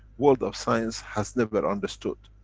world of science has never understood.